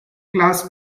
class